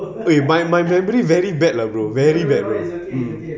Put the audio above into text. !oi! my memory very bad lah bro very bad bro mm